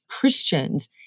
Christians